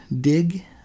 dig